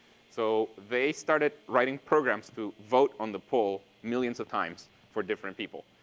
so they started writing programs to vote on the poll millions of times for different people.